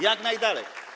Jak najdalej.